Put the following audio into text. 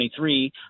23